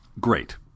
great